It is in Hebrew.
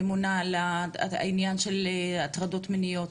ממונה על ענין של הטרדות מיניות.